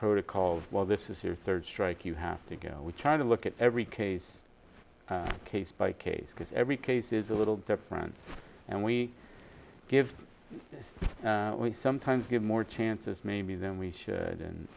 protocols well this is your third strike you have to go we try to look at every case case by case because every case is a little different and we give we sometimes give more chances maybe than we should and